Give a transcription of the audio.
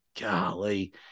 golly